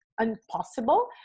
impossible